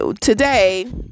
today